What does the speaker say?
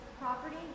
property